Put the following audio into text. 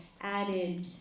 added